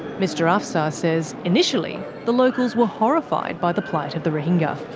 mr afsar says initially the locals were horrified by the plight of the rohingya.